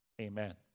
Amen